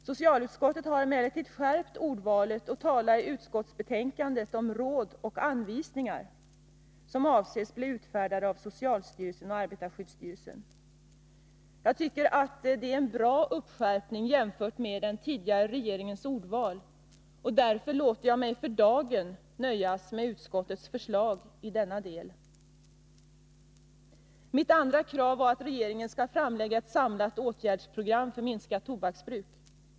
Socialutskottet har emellertid skärpt ordvalet och talar i utskottsbetänkandet om råd och anvisningar, som avses bli utfärdade av socialstyrelsen och arbetarskyddsstyrelsen. Jag tycker att det är en bra uppskärpning jämfört med den tidigare regeringens ordval, och därför låter jag mig för dagen nöja med utskottets förslag i den delen. Mitt andra krav var att regeringen skall framlägga ett samlat åtgärdsprogram för minskat tobaksbruk.